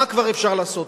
מה כבר אפשר לעשות?